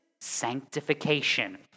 sanctification